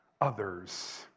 others